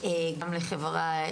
נוסף שרציתי לדבר עליו,